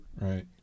right